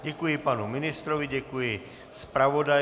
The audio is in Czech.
Děkuji panu ministrovi, děkuji panu zpravodaji.